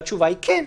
והתשובה היא כן,